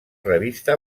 revista